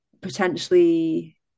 potentially